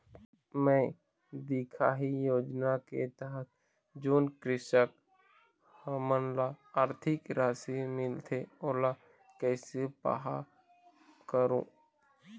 मैं दिखाही योजना के तहत जोन कृषक हमन ला आरथिक राशि मिलथे ओला कैसे पाहां करूं?